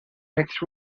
next